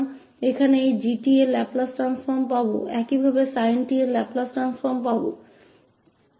तो हम यहाँ इस 𝑔𝑡 का लाप्लास रूपान्तरण प्राप्त करेंगे जो sin 𝑡 के लाप्लास रूपान्तरण के समान है